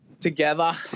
together